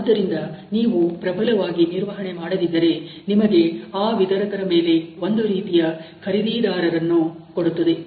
ಆದ್ದರಿಂದ ನೀವು ಪ್ರಬಲವಾಗಿ ನಿರ್ವಹಣೆ ಮಾಡದಿದ್ದರೆ ನಿಮಗೆ ಆ ವಿತರಕರ ಮೇಲೆ ಒಂದು ರೀತಿಯ ಖರೀದಿದಾರರನ್ನು ಕೊಡುತ್ತದೆ